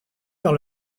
par